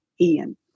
Ian